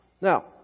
Now